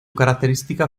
característica